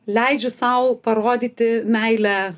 leidžiu sau parodyti meilę